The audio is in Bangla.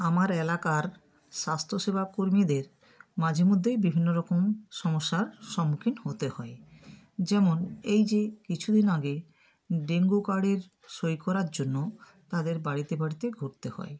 আমার এলাকার স্বাস্থ্যসেবা কর্মীদের মাঝে মধ্যেই বিভিন্ন রকম সমস্যার সম্মুখীন হতে হয় যেমন এই যে কিছুদিন আগে ডেঙ্গু কার্ডের সই করার জন্য তাদের বাড়িতে বাড়িতে ঘুরতে হয়